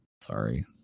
sorry